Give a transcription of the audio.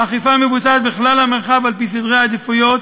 האכיפה מבוצעת בכלל המרחב על-פי סדרי עדיפויות,